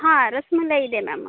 ಹಾಂ ರಸ್ಮಲಾಯ್ ಇದೆ ಮ್ಯಾಮ್